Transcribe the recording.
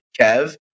Kev